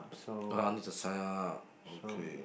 ah need to sign up okay